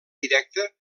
directa